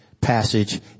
passage